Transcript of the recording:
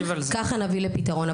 ככה נביא לפתרון.